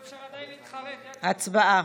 יעקב, אפשר עדיין להתחרט, יעקב.